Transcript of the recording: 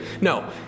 No